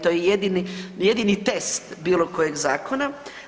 To je jedini test bilo kojeg zakona.